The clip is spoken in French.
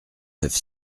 neuf